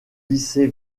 lycée